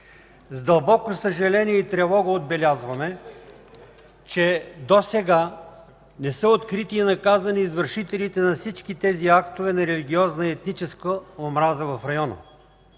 С дълбоко съжаление и тревога отбелязваме, че досега не са открити и наказани извършителите на всички тези актове на религиозна и етническа омраза в района.